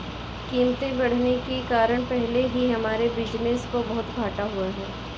कीमतें बढ़ने के कारण पहले ही हमारे बिज़नेस को बहुत घाटा हुआ है